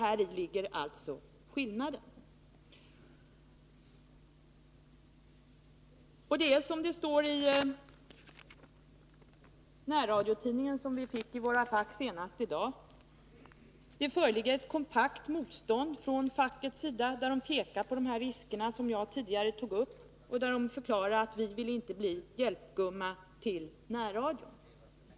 Häri ligger alltså skillnaden. Som det står i tidningen Närradion, som vi fick i våra fack senast i dag, föreligger det ett starkt motstånd från fackets sida mot ett sådant samarbete. Man pekar på de risker som jag tidigare tog upp och förklarar att man inte vill att lokalradion skall bli en hjälpgumma till närradion.